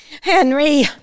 Henry